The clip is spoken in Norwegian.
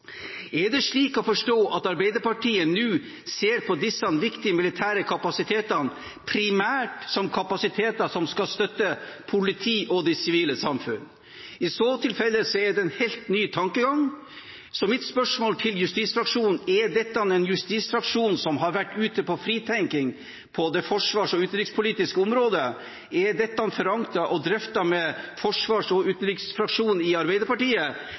Er det slik å forstå at Arbeiderpartiet nå ser på disse viktige militære kapasitetene primært som kapasiteter som skal støtte politi og det sivile samfunn? I så tilfelle er det en helt ny tankegang. Så mitt spørsmål til Arbeiderpartiets justisfraksjon er: Er dette en justisfraksjon som har vært ute med fritenkning på det forsvars- og utenrikspolitiske området? Er dette forankret og drøftet med forsvars- og utenriksfraksjonen i Arbeiderpartiet?